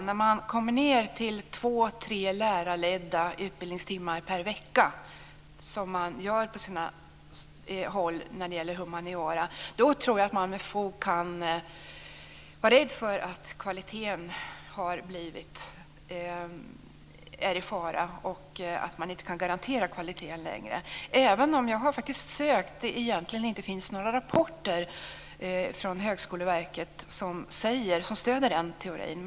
När man kommer ned till två tre lärarledda utbildningstimmar per vecka, som man gör på sina håll när det gäller humaniora, tror jag att vi med fog kan vara rädda för att kvaliteten är i fara. Man kan inte garantera kvaliteten längre. Jag har sökt men inte funnit några rapporter från Högskoleverket som stöder den teorin.